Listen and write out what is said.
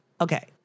okay